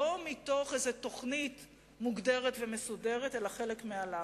לא מתוך איזו תוכנית מוגדרת ומסודרת אלא חלק מהלחץ.